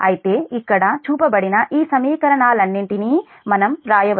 అయితే ఇక్కడ చూపబడిన ఈ సమీకరణాలన్నింటినీ మనం వ్రాయవచ్చు